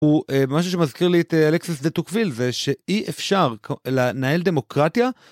הוא משהו שמזכיר לי את אלכסיס דה טוקוויל זה שאי אפשר לנהל דמוקרטיה.